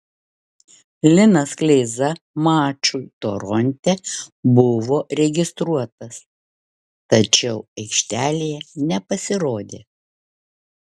linas kleiza mačui toronte buvo registruotas tačiau aikštelėje nepasirodė